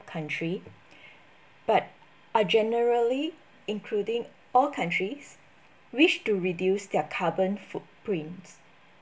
country but are generally including all countries wish to reduce their carbon footprint